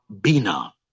Bina